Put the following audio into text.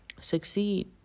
succeed